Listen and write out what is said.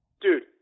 Dude